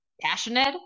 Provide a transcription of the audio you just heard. passionate